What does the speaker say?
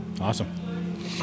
Awesome